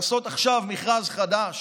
לעשות עכשיו מכרז חדש